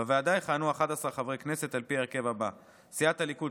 בוועדה יכהנו 11 חברי כנסת על פי ההרכב הבא: מסיעת הליכוד,